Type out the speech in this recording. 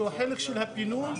שהוא החלק של הפינוי,